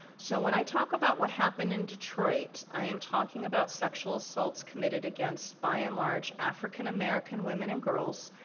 so, when i talk about what happened in detroit, i am talking about sexual assaults committed against by and large african american women and girls,